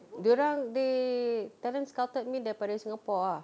dorang they talent scouted me daripada singapore ah